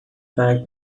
fact